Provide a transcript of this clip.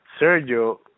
Sergio